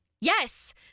Yes